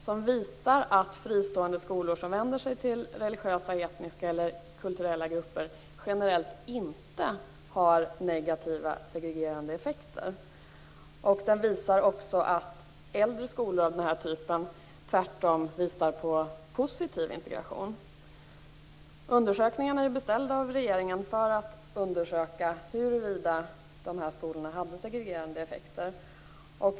Den visar att fristående skolor som vänder sig till religiösa, etniska eller kulturella grupper generellt sett inte har negativa segregerande effekter. Den visar också att äldre skolor av den här typen tvärtom har lett till positiv integration. Rapporten var beställd av regeringen för att undersöka huruvida dessa skolor hade segregerande effekter.